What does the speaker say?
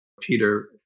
Peter